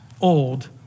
old